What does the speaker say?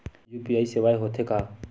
UPI सेवाएं हो थे का?